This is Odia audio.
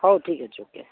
ହଉ ଠିକ୍ ଅଛି ଓକେ